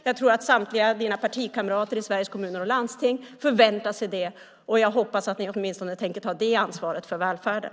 Jag tror att samtliga dina partikamrater i Sveriges Kommuner och Landsting förväntar sig det, och jag hoppas att ni åtminstone tänker ta det ansvaret för välfärden.